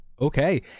Okay